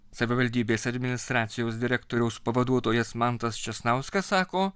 savivaldybės administracijos direktoriaus pavaduotojas mantas česnauskas sako